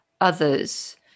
others